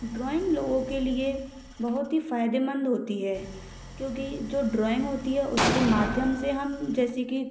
drawing लोगों के लिए बहुत ही फायदेमंद होती है क्योंकि जो ड्राॅइंग होती है उसके माध्यम से हम जैसे कि